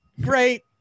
great